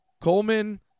Coleman